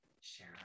Share